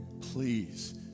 please